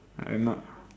I'm not